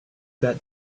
that